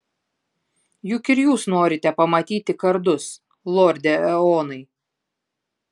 juk ir jūs norite pamatyti kardus lorde eonai